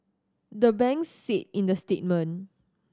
the banks said in the statement